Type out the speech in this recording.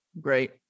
Great